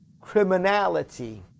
criminality